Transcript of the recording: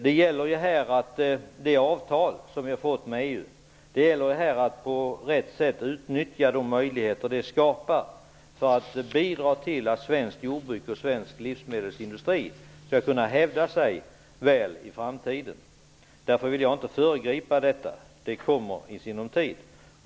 Det gäller här att på rätt sätt utnyttja de möjligheter som det avtal som vi har fått med EU skapar för att bidra till att svenskt jordbruk och svensk livsmedelsindustri skall kunna hävda sig väl i framtiden. Därför vill jag inte föregripa detta -- det kommer i sinom tid.